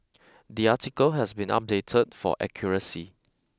the article has been updated for accuracy